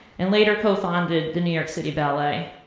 and later co-founded the new york city ballet.